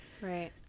Right